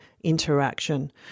interaction